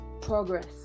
progress